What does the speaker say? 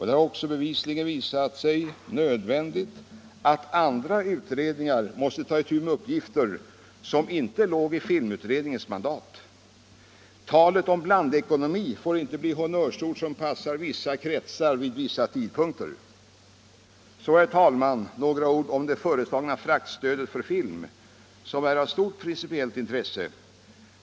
Det har också visat sig nödvändigt att andra utredningar tar itu med uppgifter som inte låg i filmutredningens mandat. Talet om blandekonomi får inte bli honnörsord som passar vissa kretsar vid vissa tidpunkter. Så, herr talman, några ord om det föreslagna fraktstödet för film, som är av stort principiellt intresse.